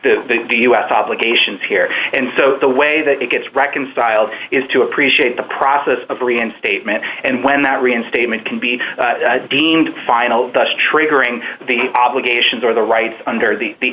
that the u s obligations here and so the way that it gets reconciled is to appreciate the process of reinstatement and when that reinstatement can be deemed final dust triggering the obligations or the right under the the